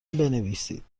بنویسید